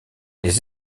les